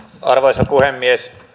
arvoisa puhemies